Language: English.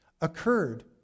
occurred